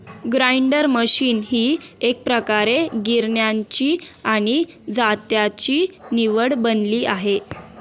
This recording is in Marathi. ग्राइंडर मशीन ही एकप्रकारे गिरण्यांची आणि जात्याची निवड बनली आहे